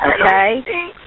Okay